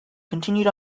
continued